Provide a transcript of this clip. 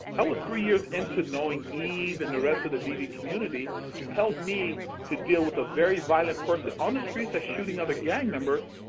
that was three years ago into knowing even the rest of the dd community helped me to deal with a very violent person on the streets shooting other gang members,